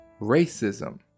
racism